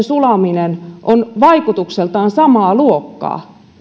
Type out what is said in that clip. sulaminen on vaikutukseltaan samaa luokkaa